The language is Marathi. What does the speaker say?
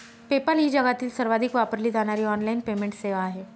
पेपाल ही जगातील सर्वाधिक वापरली जाणारी ऑनलाइन पेमेंट सेवा आहे